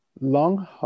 long